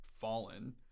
fallen